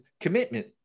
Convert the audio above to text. commitment